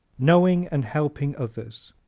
knowing and helping others